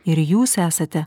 ir jūs esate